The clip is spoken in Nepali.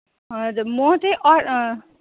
हजुर म चाहिँ